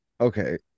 Okay